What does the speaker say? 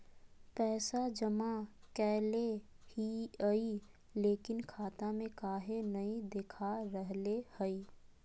पैसा जमा कैले हिअई, लेकिन खाता में काहे नई देखा रहले हई?